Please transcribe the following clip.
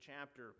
chapter